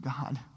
God